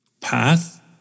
path